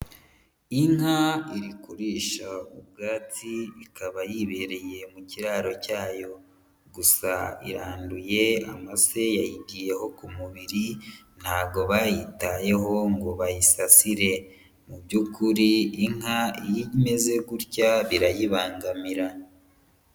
Inka iri kurisha ubwatsi ikaba yibereye mu kiraro cyayo, gusa iranduye, amase yayigiyeho ku mubiri, ntago bayitayeho ngo bayisasire, mu byukuri inka iyo imeze gutya birayibangamira.